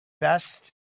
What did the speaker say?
best